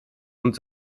und